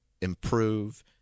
improve